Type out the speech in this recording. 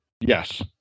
Yes